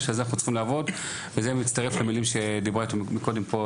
שרק על זה אנחנו צריכים לעבוד וזה מצטרף למילים שדיברה קודם פה,